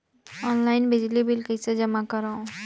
Online बिजली bill कइसे जमा करव?